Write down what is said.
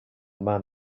man